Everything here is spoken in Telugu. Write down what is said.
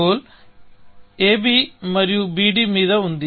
గోల్ AB మరియు BD మీద ఉంది